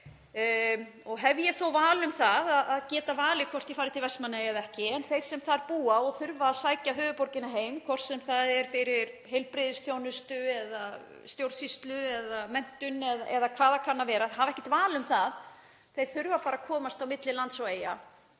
og hef ég þó val um það hvort ég fari til Vestmannaeyja eða ekki, en þeir sem þar búa og þurfa að sækja höfuðborgina heim, hvort sem það er vegna heilbrigðisþjónustu eða stjórnsýslu eða menntunar eða hvað það kann að vera, hafa ekkert val um það. Þeir þurfa bara að komast milli lands og Eyja